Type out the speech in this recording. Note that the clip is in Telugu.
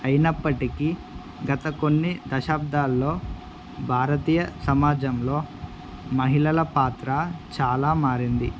అయినప్పటికీ గత కొన్ని దశాబ్దాల్లో భారతీయ సమాజంలో మహిళల పాత్ర చాలా మారింది